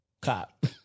Cop